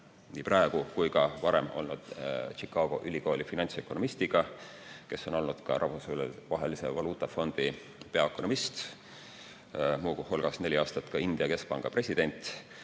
nii praegu kui ka varem olnud Chicago Ülikooli finantsökonomistiga, kes on olnud ka Rahvusvahelise Valuutafondi peaökonomist, muu hulgas olnud neli aastat India keskpanga president.